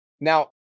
Now